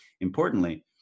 importantly